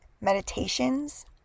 meditations